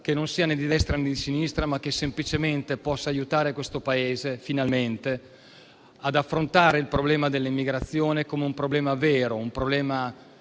che non sia né di destra, né di sinistra, ma che semplicemente possa aiutare questo Paese, finalmente, ad affrontare quello dell'immigrazione come un problema vero, sostanziale